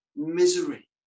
Misery